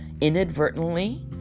inadvertently